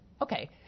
Okay